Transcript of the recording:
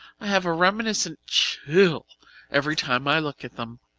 i have a reminiscent chill every time i look at them.